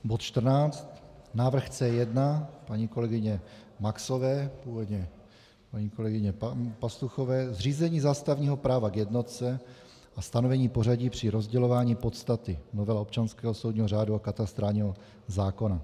Bod 14 návrh C1 paní kolegyně Maxové, původně paní kolegyně Pastuchové zřízení zástavního práva k jednotce a stanovení pořadí při rozdělování podstaty, novela občanského soudního řádu a katastrálního zákona.